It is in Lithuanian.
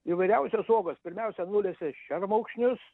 įvairiausios uogos pirmiausia nulesia šermukšnius